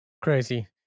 Crazy